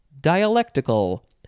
dialectical